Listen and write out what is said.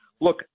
Look